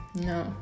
no